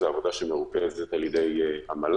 זו עבודה שמרוכזת על ידי המל"ל,